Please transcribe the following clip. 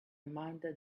amanda